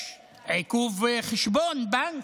יש עיקול חשבון בנק,